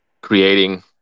creating